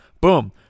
boom